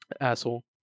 Asshole